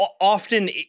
often